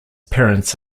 parents